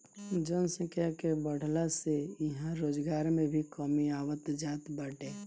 जनसंख्या के बढ़ला से इहां रोजगार में भी कमी आवत जात बाटे